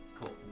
Cool